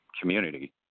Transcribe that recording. community